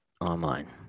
online